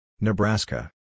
Nebraska